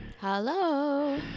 Hello